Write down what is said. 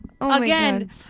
again